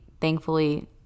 thankfully